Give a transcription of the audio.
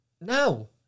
No